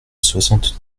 soixante